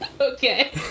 Okay